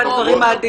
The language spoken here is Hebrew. זה הדברים העדינים.